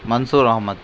Mansoor Ahmed